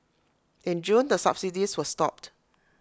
in June the subsidies were stopped